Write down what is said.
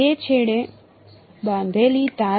બે છેડે બાંધેલી તાર